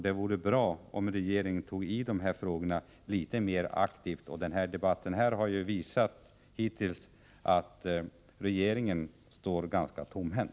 Det vore bra om regeringen tog tag i de här frågorna litet mera aktivt. Debatten hittills har ju visat att regeringen står ganska tomhänt.